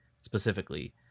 specifically